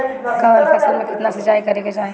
कवन फसल में केतना सिंचाई करेके चाही?